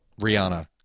Rihanna